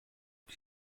die